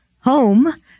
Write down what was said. home